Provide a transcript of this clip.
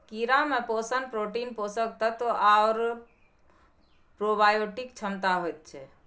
कीड़ामे पोषण प्रोटीन, पोषक तत्व आओर प्रोबायोटिक क्षमता होइत छै